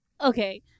okay